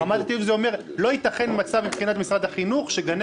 רמת התעדוף זה אומר לא ייתכן מצב מבחינת משרד החינוך שגני